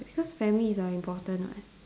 because families are important [what]